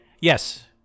Yes